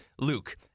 Luke